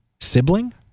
Sibling